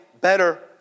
better